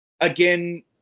again